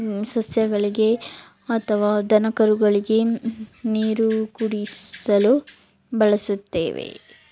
ಸಸ್ಯಗಳಿಗೆ ಅಥವಾ ದನ ಕರುಗಳಿಗೆ ನೀರು ಕುಡಿಸಲು ಬಳಸುತ್ತೇವೆ